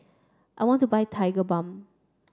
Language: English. I want to buy Tigerbalm